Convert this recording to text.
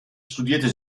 studierte